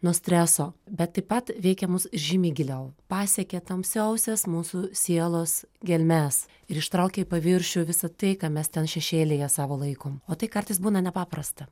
nuo streso bet taip pat veikia mus žymiai giliau pasiekia tamsiausias mūsų sielos gelmes ir ištraukia į paviršių visa tai ką mes ten šešėlyje savo laikom o tai kartais būna nepaprasta